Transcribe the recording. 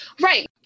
Right